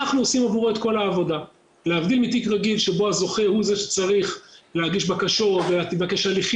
הגבייה שתהיה במסלול